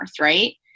right